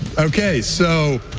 okay, so,